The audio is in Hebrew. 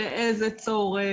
לאיזה צורך,